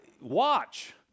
watch